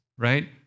Right